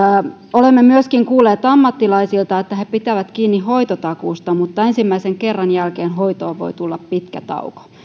olemme myöskin kuulleet ammattilaisilta että he pitävät kiinni hoitotakuusta mutta ensimmäisen kerran jälkeen hoitoon voi tulla pitkä tauko